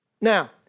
Now